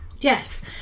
Yes